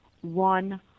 one